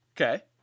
Okay